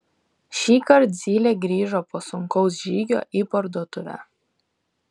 šįkart zylė grįžo po sunkaus žygio į parduotuvę